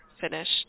finished